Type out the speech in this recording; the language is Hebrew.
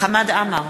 חמד עמאר,